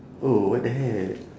oh what the hell